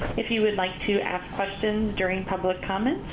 if you would like to ask questions during public comments,